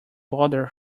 bother